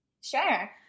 Sure